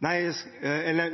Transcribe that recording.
Nei vel,